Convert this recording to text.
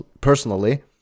personally